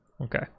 okay